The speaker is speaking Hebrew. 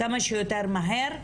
כמה שיותר מהר.